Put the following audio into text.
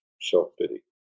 self-pity